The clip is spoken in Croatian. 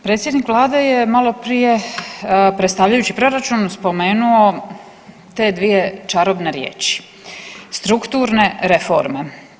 Predsjednik Vlade je maloprije predstavljajući Proračun spomenuo te dvije čarobne riječi, strukturne reforme.